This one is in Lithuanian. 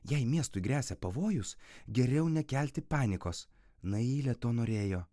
jei miestui gresia pavojus geriau nekelti panikos nailė to norėjo